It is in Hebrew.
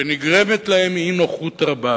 נגרמת להם אי-נוחות רבה.